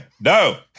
No